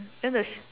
just a